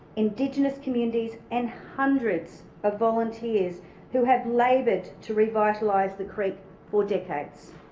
indigenous communities and hundreds of volunteers who have laboured to revitalise the creek for decades.